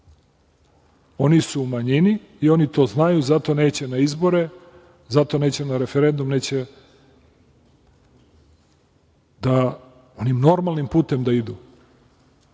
Oni su u manjini i oni to znaju i zato neće na izbore, zato neće na referendum, neće onim normalnim putem da idu.